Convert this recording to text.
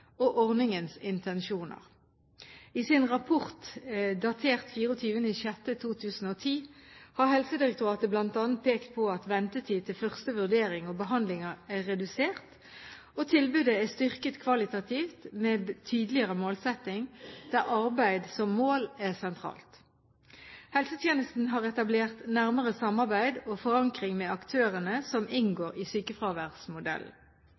og ordningens intensjoner. I sin rapport, datert 24. juni 2010, har Helsedirektoratet bl.a. pekt på at ventetid til første vurdering og behandling er redusert, og tilbudet er styrket kvalitativt, med tydeligere målsetting der arbeid som mål er sentralt. Helsetjenesten har etablert nærmere samarbeid og forankring med aktørene som